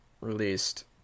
released